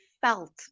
felt